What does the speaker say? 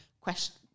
question